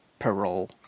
parole